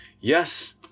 yes